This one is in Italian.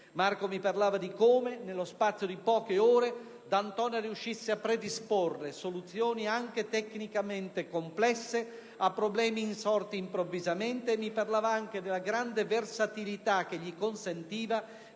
Marco mi parlava di come, nello spazio di poche ore, D'Antona riuscisse a predisporre soluzioni, anche tecnicamente complesse, a problemi insorti improvvisamente e mi parlava anche della grande versatilità che gli consentiva